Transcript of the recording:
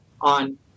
on